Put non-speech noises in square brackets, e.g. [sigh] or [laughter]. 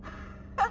[laughs]